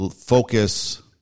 focus